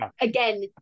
again